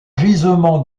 gisements